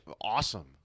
Awesome